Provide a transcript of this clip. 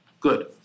good